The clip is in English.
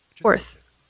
Fourth